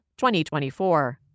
2024